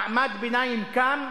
מעמד ביניים קם,